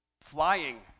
flying